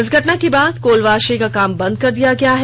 इस घटना के बाद कोल वाशरी का काम बन्द कर दिया गया है